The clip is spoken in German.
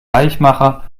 weichmacher